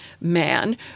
man